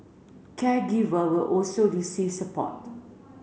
caregiver will also receive support